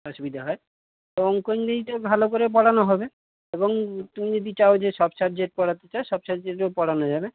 অসুবিধে হয় অংক ইংরেজিটা ভালো করে পড়ানো হবে এবং তুমি যদি চাও যে সব সাবজেক্ট পড়াতে চাও সব সাবজেক্টও পড়ানো যাবে